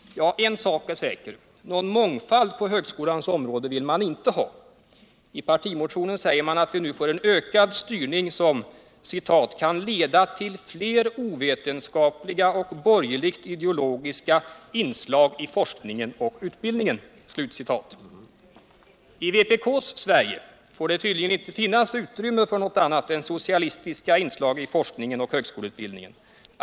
Ja, en sak är säker. Någon mångfald på högskolans område vill man inte ha. I partimotionen säger man att vi nu får en ökad styrning, som ”kan leda till fler ovetenskapliga och borgerligt ideologiska inslag i forskningen och utbildningen”. I vpk:s Sverige får det tydligen inte finnas utrymme för något annat än socialistiska inslag i forskningen och högskoleutbildningen.